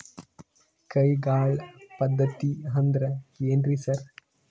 ಕೈಗಾಳ್ ಪದ್ಧತಿ ಅಂದ್ರ್ ಏನ್ರಿ ಸರ್?